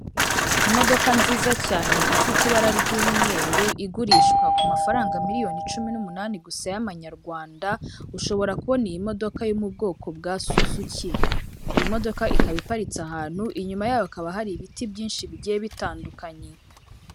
Imodoka nziza cyane ifite ibara ry'umweru igurishwa ku mafaranga miliyoni cumi n'umunani gusa y'amanyarwanda, ushobora kubona iyi modoka yo mu bwoko bwa suzuki, iyi modoka ikaba iparitse ahantu inyuma yayo hakaba hari ibiti byinshi bigiye bitandukanye.